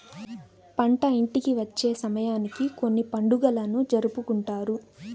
పంట ఇంటికి వచ్చే సమయానికి కొన్ని పండుగలను జరుపుకుంటారు